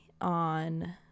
on